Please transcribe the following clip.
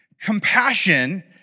Compassion